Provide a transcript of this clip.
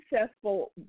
successful